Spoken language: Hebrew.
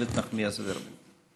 איילת נחמיאס ורבין.